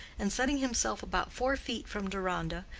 and setting himself about four feet from deronda,